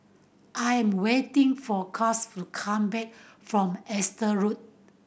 I am waiting for Cass to come back from Exeter Road